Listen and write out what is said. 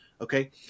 Okay